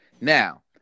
Now